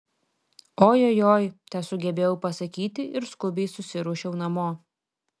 ojojoi tesugebėjau pasakyti ir skubiai susiruošiau namo